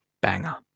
banger